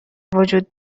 وجود